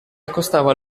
accostava